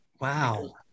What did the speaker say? Wow